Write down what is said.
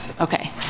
Okay